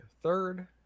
third